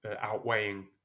outweighing